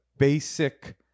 basic